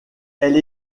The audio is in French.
elles